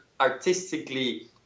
artistically